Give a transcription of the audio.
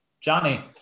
Johnny